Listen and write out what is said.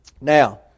Now